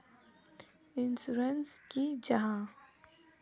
Insurance की जाहा?